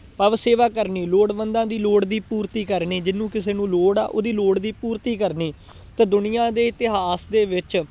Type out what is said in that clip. ਭਾਵ ਸੇਵਾ ਕਰਨੀ ਲੋੜਵੰਦਾਂ ਦੀ ਲੋੜ ਦੀ ਪੂਰਤੀ ਕਰਨੀ ਜਿਹਨੂੰ ਕਿਸੇ ਨੂੰ ਲੋੜ ਆ ਉਹਦੀ ਲੋੜ ਦੀ ਪੂਰਤੀ ਕਰਨੀ ਤਾਂ ਦੁਨੀਆਂ ਦੇ ਇਤਿਹਾਸ ਦੇ ਵਿੱਚ